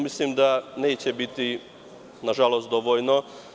Mislim da to neće biti, na žalost dovoljno.